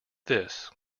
this